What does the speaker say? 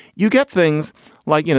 you get things like, you know,